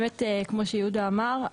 כמו שיהודה אמר,